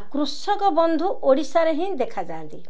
ଆଉ କୃଷକ ବନ୍ଧୁ ଓଡ଼ିଶାରେ ହିଁ ଦେଖାଯାଆନ୍ତି